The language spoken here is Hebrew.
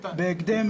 בהקדם.